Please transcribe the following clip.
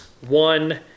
one